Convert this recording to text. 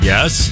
Yes